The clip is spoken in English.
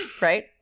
right